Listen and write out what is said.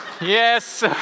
Yes